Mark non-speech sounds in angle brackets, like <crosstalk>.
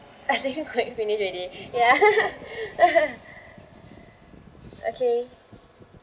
I think quite finish already yeah <laughs> okay